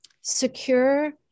secure